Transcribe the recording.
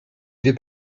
guidé